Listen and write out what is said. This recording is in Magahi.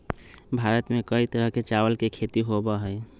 भारत में कई तरह के चावल के खेती होबा हई